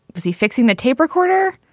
is he fixing the tape recorder?